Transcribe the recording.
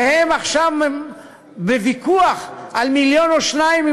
והם עכשיו בוויכוח על מיליון או שניים,